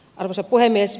arvoisa puhemies